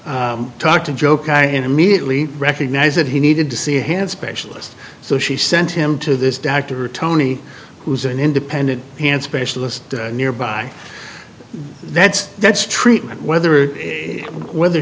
talked to joke i immediately recognized that he needed to see a hand specialist so she sent him to this doctor tony who's an independent hand specialist nearby that's that's treatment whether whether